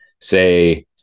say